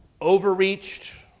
overreached